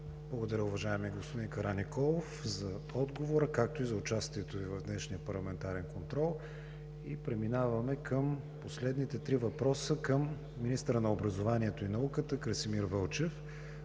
Благодаря, уважаеми господин Караниколов, за отговора, както и за участието Ви в днешния парламентарен контрол. Преминаваме към следните три въпроса към министъра на образованието и науката Красимир Вълчев.